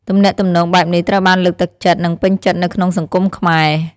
ទំនាក់ទំនងបែបនេះត្រូវបានលើកទឹកចិត្ត និងពេញចិត្តនៅក្នុងសង្គមខ្មែរ។